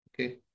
Okay